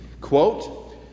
Quote